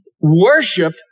Worship